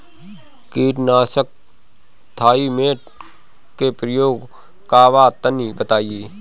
कीटनाशक थाइमेट के प्रयोग का बा तनि बताई?